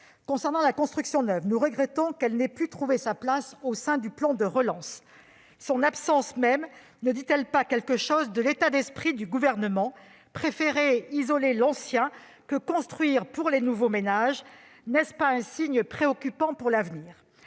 Concernant la construction neuve, nous regrettons qu'elle n'ait pu trouver sa place au sein du plan de relance. Son absence même ne dit-elle pas quelque chose de l'état d'esprit du Gouvernement ? Préférer isoler l'ancien plutôt que construire pour les nouveaux ménages, n'est-ce pas un signe préoccupant pour l'avenir ?